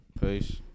Peace